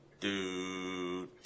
Dude